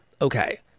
Okay